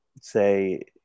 say